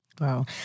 Wow